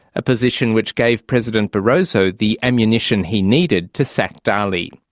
a position which gave president barroso the ammunition he needed to sack dalli.